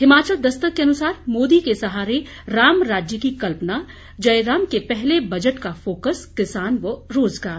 हिमाचल दस्तक के अनुसार मोदी के सहारे राम राज्य की कल्पना जयराम के पहले बजट का फोकस किसान व रोजगार